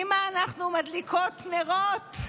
אימא, אנחנו מדליקות נרות,